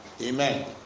Amen